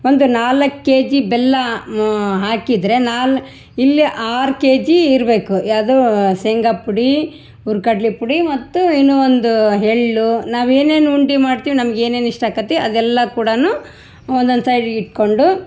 ಒಂದು ನಾಲ್ಕು ಕೆಜಿ ಬೆಲ್ಲ ಹಾಕಿದರೆ ನಾನು ಇಲ್ಲಿ ಆರು ಕೆಜಿ ಇರಬೇಕು ಯಾವುದೂ ಶೇಂಗಾ ಪುಡಿ ಹುರ್ಗಡ್ಲೆ ಪುಡಿ ಮತ್ತು ಇನ್ನು ಒಂದು ಎಳ್ಳು ನಾವು ಏನೇನು ಉಂಡೆ ಮಾಡ್ತೀವಿ ನಮ್ಗೆ ಏನೇನು ಇಷ್ಟ ಆಗತ್ತೆ ಅದೆಲ್ಲಾ ಕೂಡ ಒಂದೊಂದು ಸೈಡಿಗೆ ಇಟ್ಕೊಂಡು